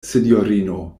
sinjorino